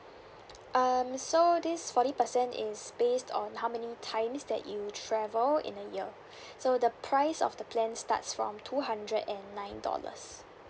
um so this forty percent is based on how many times that you travel in a year so the price of the plan starts from two hundred and nine dollars